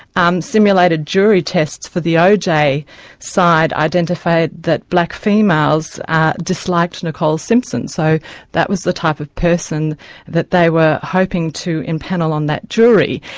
um simulated jury tests for the oj side identified that black females disliked nicole simpson, so that was the type of person that they were hoping to empanel on that jury.